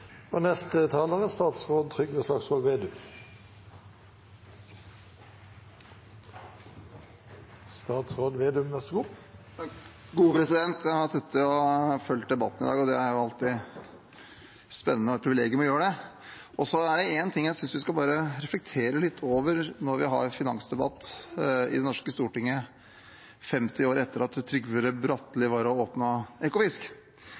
fulgt debatten i dag, og det er alltid et spennende privilegium å gjøre det. Det er én ting jeg synes vi bare skal reflektere litt over når vi har finansdebatt i det norske Stortinget, 50 år etter at Trygve Bratteli var og åpnet Ekofisk.